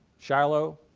shiloh,